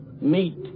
meet